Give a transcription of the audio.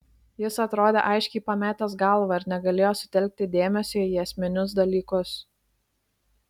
jis atrodė aiškiai pametęs galvą ir negalėjo sutelkti dėmesio į esminius dalykus